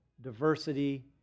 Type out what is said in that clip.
diversity